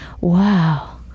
wow